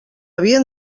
havien